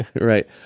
Right